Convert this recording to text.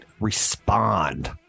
respond